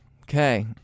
Okay